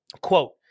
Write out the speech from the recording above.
quote